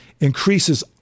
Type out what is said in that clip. increases